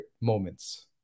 moments